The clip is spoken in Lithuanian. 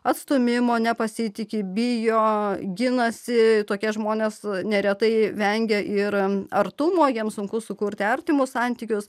atstūmimo nepasitiki bijo ginasi tokie žmonės neretai vengia ir artumo jam sunku sukurti artimus santykius